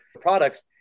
products